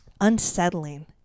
unsettling